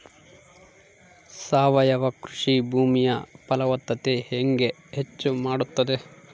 ಸಾವಯವ ಕೃಷಿ ಭೂಮಿಯ ಫಲವತ್ತತೆ ಹೆಂಗೆ ಹೆಚ್ಚು ಮಾಡುತ್ತದೆ?